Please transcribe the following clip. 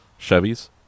Chevys